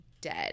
dead